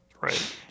right